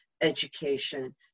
education